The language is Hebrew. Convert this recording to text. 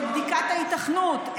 לבדיקת ההיתכנות,